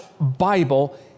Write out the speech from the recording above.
Bible